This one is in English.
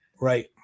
Right